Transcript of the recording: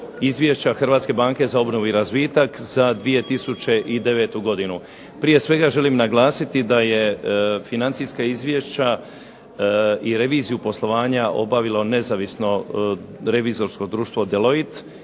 Hrvatske banke za obnovu i razvitak za 2009. godinu. Prije svega želim naglasiti da je financijska izvješća i reviziju poslovanja obavilo neovisno revizorsko društvo DEloit